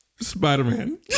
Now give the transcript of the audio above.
spider-man